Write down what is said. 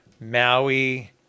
Maui